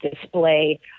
display